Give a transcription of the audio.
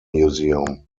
museum